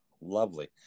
lovely